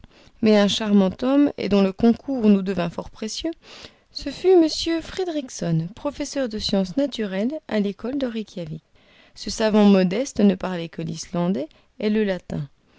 mais un charmant homme et dont le concours nous devint fort précieux ce fut m fridriksson professeur de sciences naturelles à l'école de reykjawik ce savant modeste ne parlait que l'islandais et le latin